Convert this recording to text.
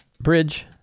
bridge